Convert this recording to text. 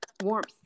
warmth